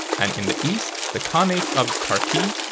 and in the east the khanates of tarki,